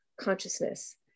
consciousness